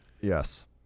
Yes